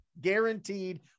Guaranteed